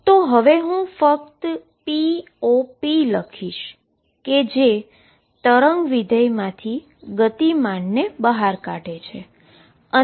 તો હવે હું ફક્ત આ pop લખીશ કે જે વેવ ફંક્શનમાંથી મોમેન્ટમ ને બહાર કાઢે છે